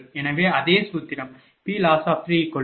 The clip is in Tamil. எனவே அதே சூத்திரம் PLoss3r3P24Q24| V4|21